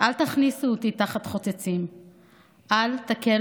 אל תכניסו אותי תחת חוצצים.